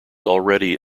already